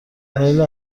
دلیل